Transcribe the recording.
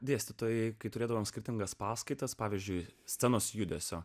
dėstytojai kai turėdavome skirtingas paskaitas pavyzdžiui scenos judesio